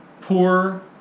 poor